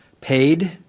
paid